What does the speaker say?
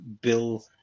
Bill